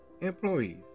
Employees